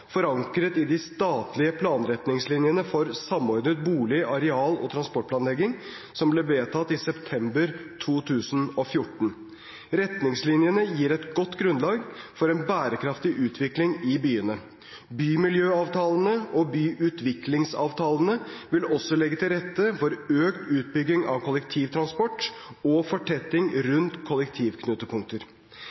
forankret i de statlige planretningslinjene for samordnet bolig-, areal- og transportplanlegging, som ble vedtatt i september 2014. Retningslinjene gir et godt grunnlag for en bærekraftig utvikling i byene. Bymiljøavtalene og byutviklingsavtalene vil også legge til rette for økt utbygging av kollektivtransport og fortetting rundt